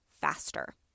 faster